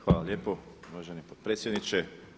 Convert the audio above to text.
Hvala lijepo uvaženi potpredsjedniče.